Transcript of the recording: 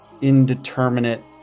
indeterminate